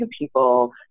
people